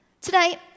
Today